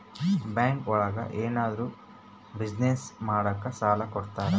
bank ಒಳಗ ಏನಾದ್ರೂ business ಮಾಡಾಕ ಸಾಲ ಕೊಡ್ತಾರ